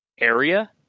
area